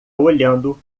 olhando